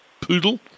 Poodle